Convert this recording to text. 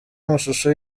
amashusho